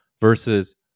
versus